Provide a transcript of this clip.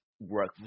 work